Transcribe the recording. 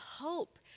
hope